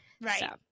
Right